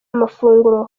amafunguro